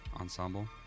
ensemble